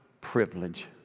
privilege